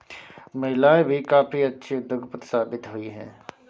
महिलाएं भी काफी अच्छी उद्योगपति साबित हुई हैं